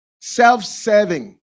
Self-serving